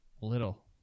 little